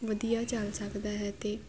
ਵਧੀਆ ਚੱਲ ਸਕਦਾ ਹੈ ਅਤੇ